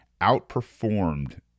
outperformed